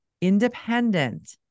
independent